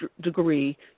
degree